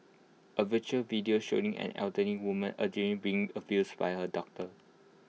A viral video showing an elderly woman allegedly being abused by her daughter